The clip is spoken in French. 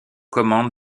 commandes